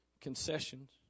concessions